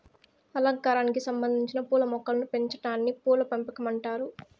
అలంకారానికి సంబందించిన పూల మొక్కలను పెంచాటాన్ని పూల పెంపకం అంటారు